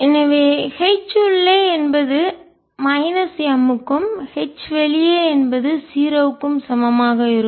எனவே H உள்ளே என்பது மைனஸ் M க்கும் H வெளியே என்பது 0 க்கும் சமமாக இருக்கும்